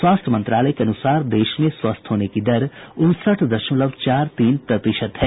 स्वास्थ्य मंत्रालय के अनुसार देश में स्वस्थ होने की दर उनसठ दशमलव चार तीन प्रतिशत हो गई है